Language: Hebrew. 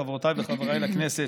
חברותיי וחבריי לכנסת,